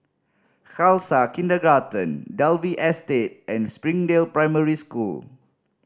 Khalsa Kindergarten Dalvey Estate and Springdale Primary School